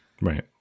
Right